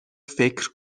فکر